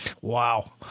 Wow